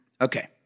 Okay